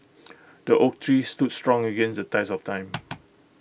the oak tree stood strong against the test of time